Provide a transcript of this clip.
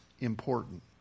important